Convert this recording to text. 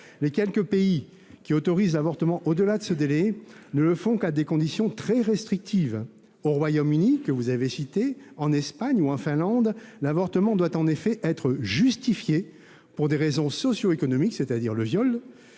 Les quelques pays qui autorisent l'avortement au-delà de ce délai ne le font qu'à des conditions très restrictives. Au Royaume-Uni, en Espagne ou en Finlande, l'avortement doit en effet être justifié par des raisons socioéconomiques, autrement dit un viol,